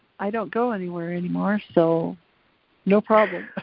i don't go anywhere anymore, so no problem.